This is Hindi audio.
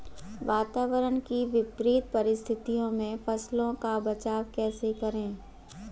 वातावरण की विपरीत परिस्थितियों में फसलों का बचाव कैसे करें?